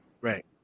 right